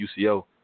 UCO